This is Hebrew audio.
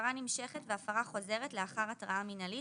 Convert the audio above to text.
26כהפרה נמשכת והפרה חוזרת לאחר התראה מינהלית